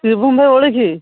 ଶିବମ୍ ଭାଇ ଓଳିକି